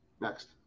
Next